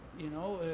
you know,